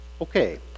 Okay